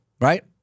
right